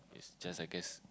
is just I guess